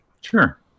sure